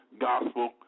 gospel